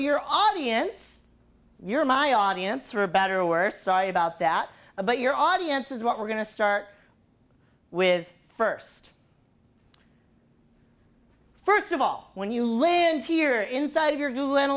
your audience you're my audience are better or worse sorry about that but your audience is what we're going to start with first first of all when you live here inside of you